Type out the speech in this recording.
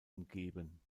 umgeben